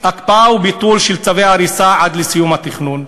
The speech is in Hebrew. בהקפאה או ביטול של צווי הריסה עד לסיום התכנון,